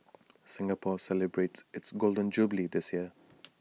Singapore celebrates its Golden Jubilee this year